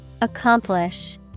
Accomplish